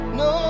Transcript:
no